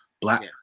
black